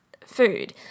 food